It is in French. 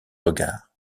regard